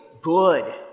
good